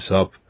up